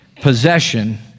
possession